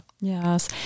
Yes